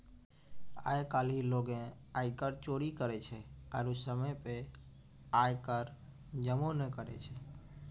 आइ काल्हि लोगें आयकर चोरी करै छै आरु समय पे आय कर जमो नै करै छै